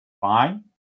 fine